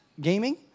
gaming